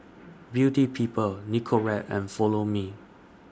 Beauty People Nicorette and Follow Me